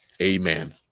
Amen